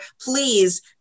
please